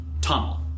tunnel